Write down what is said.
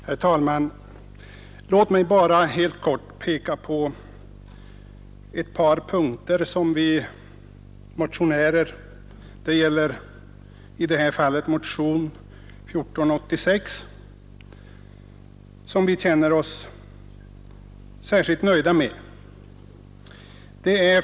Herr talman! Låt mig bara helt kort peka på ett par punkter som vi som står bakom motionen 1486 känner oss särskilt nöjda med.